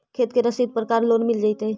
खेत के रसिद पर का लोन मिल जइतै?